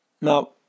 Now